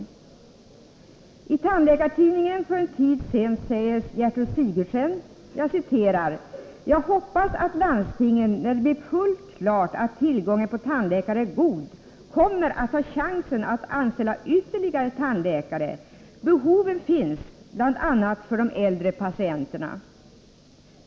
För en tid sedan sade Gertrud Sigurdsen i Tandläkartidningen att hon hoppades att landstingen, när det blir fullt klart att tillgången på tandläkare blir god, kommer att ha chansen att anställa ytterligare tandläkare. Behoven finns där, bl.a. för de äldre patienterna.